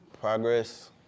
Progress